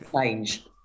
change